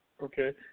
Okay